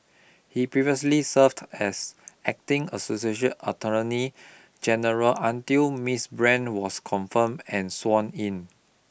he previously served as acting associate attorney general until Miss Brand was confirmed and sworn in